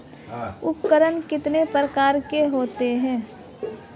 उपकरण कितने प्रकार के होते हैं?